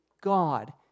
God